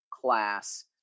class